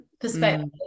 perspective